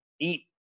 eat